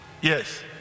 Yes